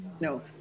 no